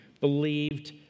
believed